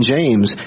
James